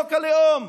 חוק הלאום,